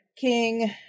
King